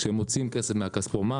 כשהם מוציאים כסף מהכספומט,